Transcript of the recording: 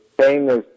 famous